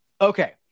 Okay